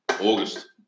August